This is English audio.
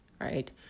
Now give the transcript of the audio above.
right